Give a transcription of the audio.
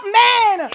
man